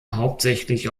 hauptsächlich